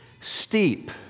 steep